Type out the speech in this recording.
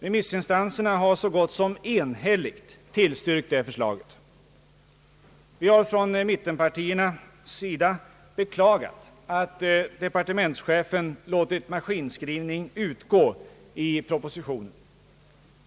Remissinstanserna har så gott som enhälligt tillstyrkt det förslaget, och från mittenpartiernas sida har vi beklagat att departementschefen låtit maskinskrivning utgå i propositionen.